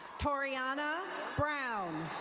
toriana brown.